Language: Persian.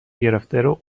گرفتار